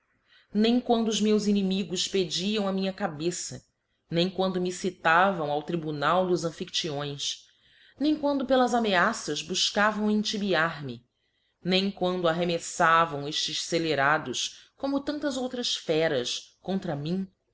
nem quando os meus inimigos pediam a minha cabeça nem quando me citavam ao tribunal dos amphidyoes nem quando pelas ameaças bufcavam entibiar me nem quando arremeflavam eftes federados como tantas ouuas feras contra mim